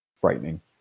frightening